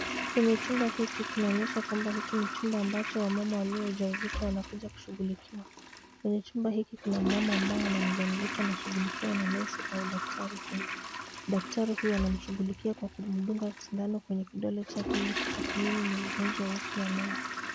Kwenye chumba hiki kinaonyesha kwamba hiki ni chumba ambacho wamama walio ujawazito wanakuja kushughulikiwa. Kwenye chumba hiki kuna mmama ambaye ana mjamzito anashughulikiwa na nesi au daktari huyu. Daktari huyu anamshughulikia kwa kumdunga sindano kwenye kidole chake ili kutadhmini ni ugonjwa upi anao.